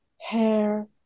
hair